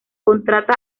contrata